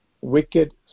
wicked